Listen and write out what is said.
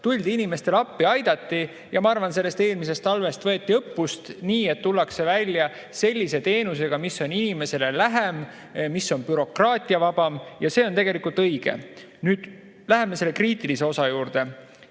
tuldi inimestele appi, aidati. Ja ma arvan, et sellest eelmisest talvest võeti õppust, nii et tullakse välja sellise teenusega, mis on inimesele lähem, mis on bürokraatiavabam. Ja see on tegelikult õige. Nüüd läheme kriitilise osa juurde.